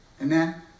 Amen